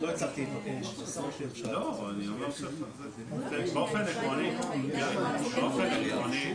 אני לא אוסר על מישהו לבקש חלילה,